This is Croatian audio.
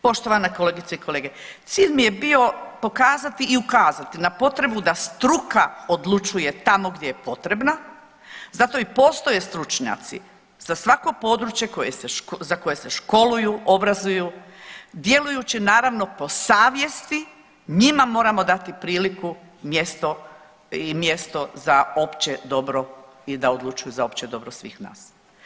Poštovane kolegice i kolege, cilj mi je bio pokazati i ukazati na potrebu da struka odlučuje tamo gdje je potrebna, zato i postoje stručnjaci za svako područje za koje se školuju, obrazuju, djelujući naravno po savjesti, njima moramo dati priliku i mjesto za opće dobro i da odlučuju za opće dobro svih nas.